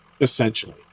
Essentially